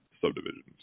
subdivisions